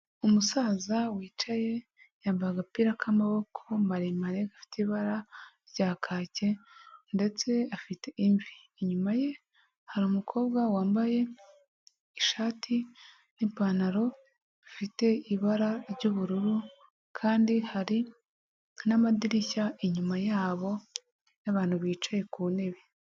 Umusaza wicaye, yambaye agapira k'amaboko maremare gafite ibara rya kake ndetse afite imvi. Inyuma ye hari umukobwa wambaye ishati n'ipantaro ifite ibara ry'ubururu, kandi hari n'amadirishya inyuma yabo n'abantu bicaye ku ntebe.